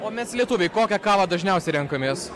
o mes lietuviai kokią kavą dažniausiai renkamės